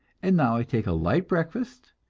and now i take a light breakfast,